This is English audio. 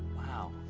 wow.